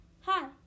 Hi